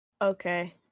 Okay